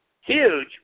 huge